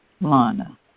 Lana